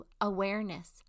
Awareness